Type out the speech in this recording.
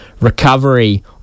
recovery